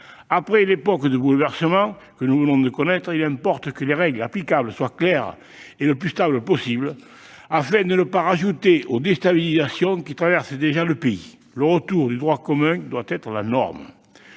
Après les nombreux bouleversements que nous venons de connaître, il importe que les règles applicables soient claires et les plus stables possible, afin de ne pas ajouter aux déstabilisations qui minent déjà le pays. Le retour au droit commun doit être la norme.